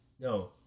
no